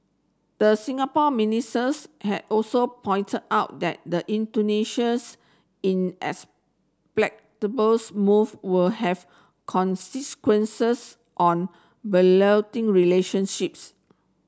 the Singapore ministers had also pointed out that the Indonesia's move will have consequences on relationships